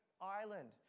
island